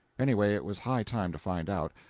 anyway, it was high time to find out.